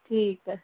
ਠੀਕ ਹੈ